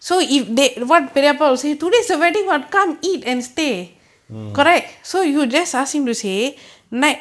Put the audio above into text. mm